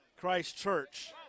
Christchurch